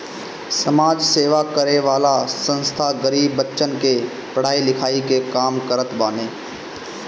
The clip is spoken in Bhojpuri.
समाज सेवा करे वाला संस्था गरीब बच्चन के पढ़ाई लिखाई के काम करत बाने